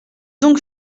donc